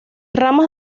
ramas